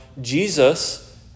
Jesus